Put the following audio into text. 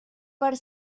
per